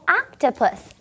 octopus